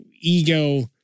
ego